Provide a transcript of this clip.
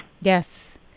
Yes